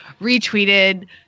retweeted